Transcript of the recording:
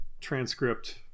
transcript